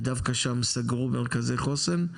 ודווקא שם סגרו מרכזי חוסן.